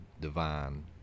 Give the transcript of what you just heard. divine